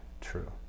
true